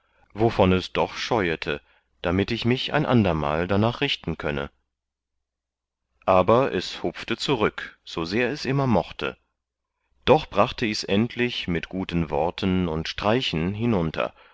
wovon es doch scheuete damit ich mich ein andermal darnach richten könnte aber es hupfte zurück so sehr es immer mochte doch brachte ichs endlich mit guten worten und streichen hinunter